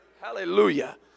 Hallelujah